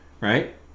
right